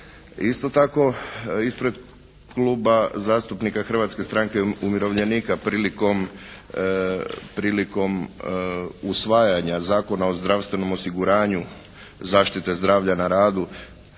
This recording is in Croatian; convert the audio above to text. Isto tako ispred Kluba zastupnika Hrvatske stranke umirovljenika prilikom usvajanja Zakona o zdravstvenom osiguranju zaštite zdravlja na radu,